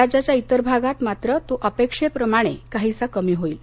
राज्याच्या इतर भागात मात्र तो अपेक्षेप्रमाणे काहीसा कमी होईल